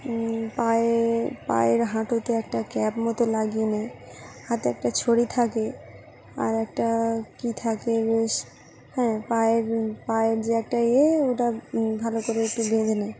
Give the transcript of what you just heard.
পায়ে পায়ের হাঁটুতে একটা ক্যাপ মতো লাগিয়ে নেয় হাতে একটা ছড়ি থাকে আর একটা কী থাকে বেশ হ্যাঁ পায়ের পায়ের যে একটা ইয়ে ওটা ভালো করে একটু বেঁধে নেয়